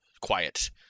quiet